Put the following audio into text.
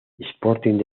sporting